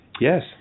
Yes